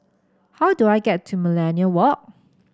how do I get to Millenia Walk